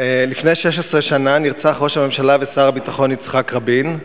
לפני 16 שנה נרצח ראש הממשלה ושר הביטחון יצחק רבין,